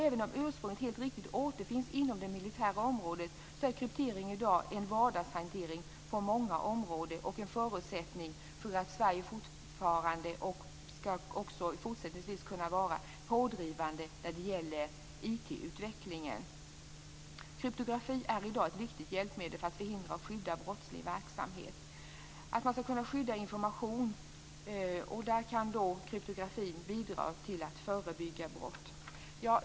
Även om ursprunget helt riktigt återfinns inom det militära området är kryptering i dag en vardagshantering på många områden och en förutsättning för att Sverige också fortsättningsvis ska kunna vara pådrivande i Kryptografi är i dag ett viktigt hjälpmedel för att förhindra och skydda mot brottslig verksamhet. Man ska kunna skydda information. Där kan kryptografi bidra till att förebygga brott.